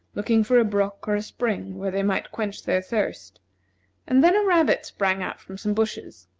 looking for a brook or a spring where they might quench their thirst and then a rabbit sprang out from some bushes.